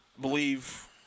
believe